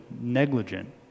negligent